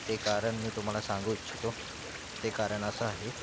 ते कारण मी तुम्हाला सांगू इच्छितो ते कारण असं आहे